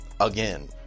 Again